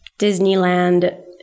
Disneyland